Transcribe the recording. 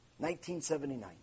1979